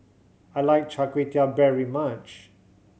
I like Char Kway Teow very much